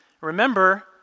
Remember